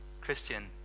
Christian